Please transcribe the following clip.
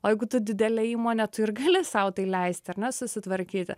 o jeigu tu didelė įmonė tu ir gali sau tai leisti ar nesusitvarkyti